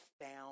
found